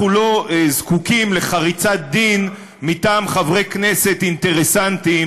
אנחנו לא זקוקים לחריצת דין מטעם חברי כנסת אינטרסנטים